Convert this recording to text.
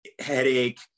headache